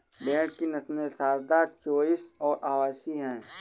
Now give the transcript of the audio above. भेड़ की नस्लें सारदा, चोइस और अवासी हैं